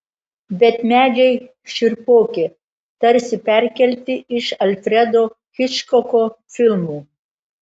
bet medžiai šiurpoki tarsi perkelti iš alfredo hičkoko filmų